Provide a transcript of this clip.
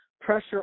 pressure